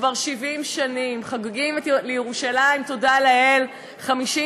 כבר 70 שנים חוגגים, לירושלים, תודה לאל, 50